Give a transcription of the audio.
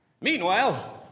Meanwhile